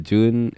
June